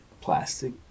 plastic